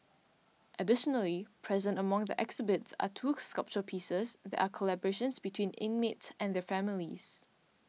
additionally present among the exhibits are two sculpture pieces that are collaborations between inmates and their families